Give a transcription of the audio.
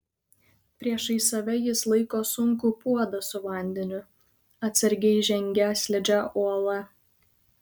priešais save jis laiko sunkų puodą su vandeniu atsargiai žengia slidžia uola